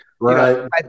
right